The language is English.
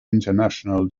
international